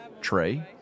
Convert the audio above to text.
tray